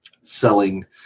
selling